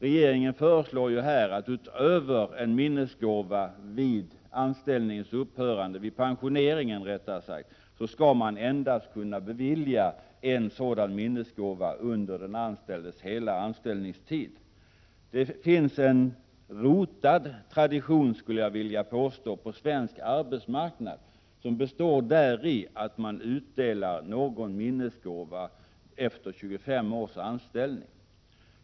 Regeringen föreslår att skattefrihet skall kunna beviljas för endast en minnesgåva — utöver en vid pensioneringen — under den anställdes hela anställningstid. Det finns en rotad tradition, skulle jag vilja påstå, på svensk arbetsmarknad att utdela någon minnesgåva efter 25 års anställning.